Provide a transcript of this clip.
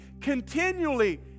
continually